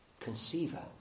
conceiver